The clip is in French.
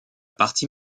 partie